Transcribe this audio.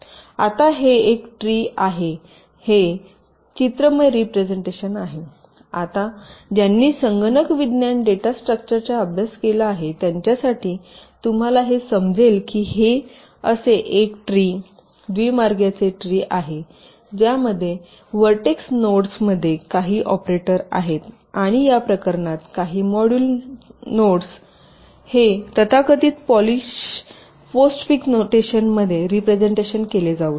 आता हे एक झाड आहे हे चित्रमय रिप्रेझेन्टेशन आहे आता ज्यांनी संगणक विज्ञान डेटा स्ट्रक्चरचा अभ्यास केला आहे त्यांच्यासाठी तुम्हाला हे समजेल की हे असे एक ट्री द्विमार्गाचे ट्री आहे ज्यामध्ये वर्टेक्स नोड्समध्ये काही ऑपरेटर आहेत आणि या प्रकरणात काही मॉड्यूल सोड नोड्स हे तथाकथित पॉलिश पोस्टफिक्स नोटेशनमध्ये रिप्रेझेन्टेशन केले जाऊ शकते